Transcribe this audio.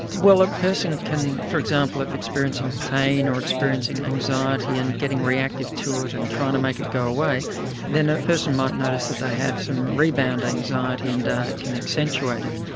well a person can for example if experiencing pain or experiencing anxiety and getting reactive to it and trying to make it go away then a person might notice that they have some rebound anxiety and can accentuate it.